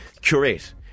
curate